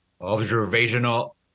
observational